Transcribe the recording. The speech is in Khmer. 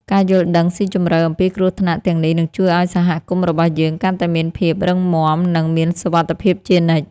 ការយល់ដឹងស៊ីជម្រៅអំពីគ្រោះថ្នាក់ទាំងនេះនឹងជួយឱ្យសហគមន៍របស់យើងកាន់តែមានភាពរឹងមាំ និងមានសុវត្ថិភាពជានិច្ច។